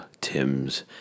Tim's